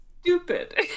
stupid